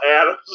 Adam's